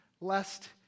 lest